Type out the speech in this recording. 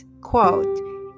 quote